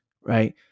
Right